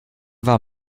war